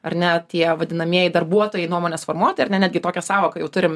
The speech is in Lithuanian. ar ne tie vadinamieji darbuotojai nuomonės formuotojai ar ne netgi tokią sąvoką jau turim